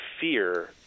fear